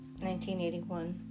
1981